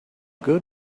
good